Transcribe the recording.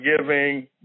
giving